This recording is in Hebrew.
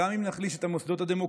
כך גם אם נחליש את המוסדות הדמוקרטיים